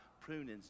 Pruning's